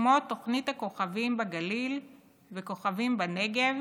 כמו תוכניות הכוכבים בגליל והכוכבים בנגב